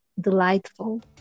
delightful